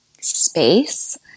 space